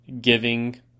giving